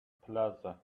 plaza